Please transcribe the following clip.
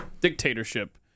Dictatorship